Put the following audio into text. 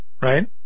right